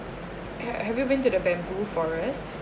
have have you been to the bamboo forest